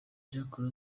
jacques